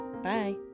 Bye